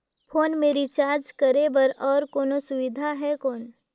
Phone मे recharge करे बर और कोनो सुविधा है कौन?